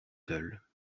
seules